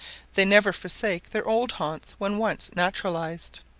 they never forsake their old haunts when once naturalized,